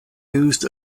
used